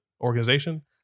organization